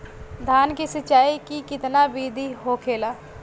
धान की सिंचाई की कितना बिदी होखेला?